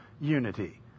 unity